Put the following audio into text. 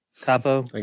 Capo